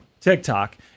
TikTok